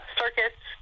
circuits